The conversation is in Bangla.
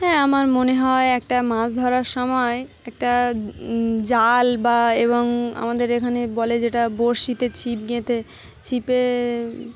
হ্যাঁ আমার মনে হয় একটা মাছ ধরার সময় একটা জাল বা এবং আমাদের এখানে বলে যেটা বরশিতে ছিপ গেথে ছিপে